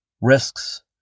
Risks